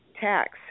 tax